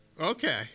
Okay